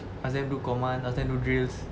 ask them do command ask them do drills